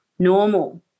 normal